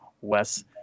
Wes